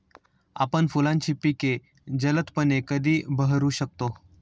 आपण फुलांची पिके जलदपणे कधी बहरू शकतो?